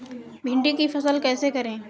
भिंडी की फसल कैसे करें?